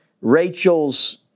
Rachel's